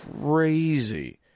crazy